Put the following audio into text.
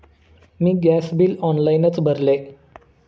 मी gas bill ऑनलाइनच भरले